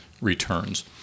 returns